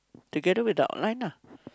together with the outline ah